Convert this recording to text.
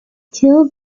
killed